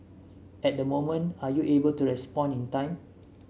at that moment are you able to respond in time